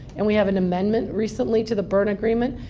and we have an amendment recently to the berne agreement.